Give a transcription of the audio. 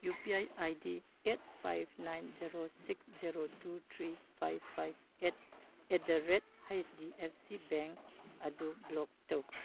U P I I D eight five nine zero six zero two three five five eight at the rate H D F C bank ꯑꯗꯨ block ꯇꯧ